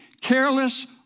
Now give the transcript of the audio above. careless